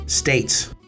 states